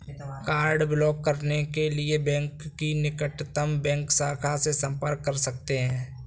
card block करने के लिए बैंक की निकटतम बैंक शाखा से संपर्क कर सकते है